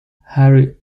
harry